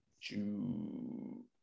June